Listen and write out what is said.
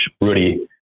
Rudy